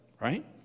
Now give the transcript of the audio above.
right